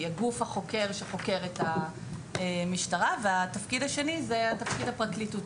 הגוף החוקר שחוקר את המשטרה והתפקיד השני הוא התפקיד הפרקליטותי.